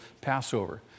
Passover